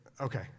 okay